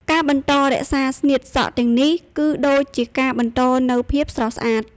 ការបន្តរក្សាស្នៀតសក់ទាំងនេះ គឺដូចជាការបន្តនូវ ភាពស្រស់ស្អាត។